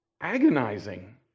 agonizing